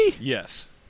Yes